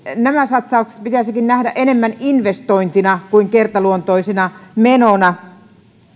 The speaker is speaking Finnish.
nämä satsaukset pitäisikin nähdä enemmän investointina kuin kertaluontoisena menona